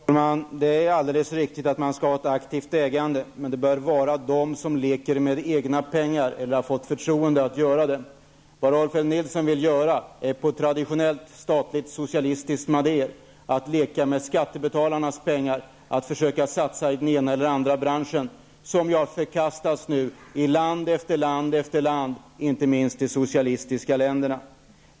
Herr talman! Det är alldeles riktigt att man skall ha ett aktivt ägande, men det bör utövas av dem som leker med egna pengar eller som har fått förtroendet att sköta andras pengar. Vad Rolf L Nilson vill göra är att på traditionellt statligt, socialistiskt manér leka med skattebetalarnas pengar och försöka satsa dem i den ena branschen efter den andra, något som nu har förkastats i land efter land, inte minst i de socialistiska staterna.